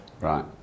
Right